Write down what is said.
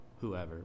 whoever